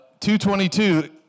222